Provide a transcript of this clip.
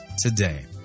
today